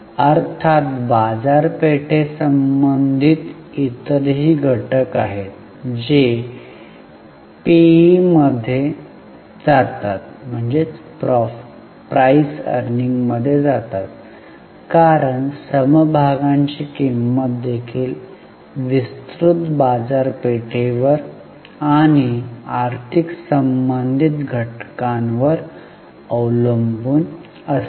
अर्थात बाजारपेठेसंबंधित इतरही घटक आहेत जे पीईमध्ये जातात कारण समभागांची किंमत देखील विस्तृत बाजारपेठेवर आणि आर्थिक संबंधित घटकांवर अवलंबून असते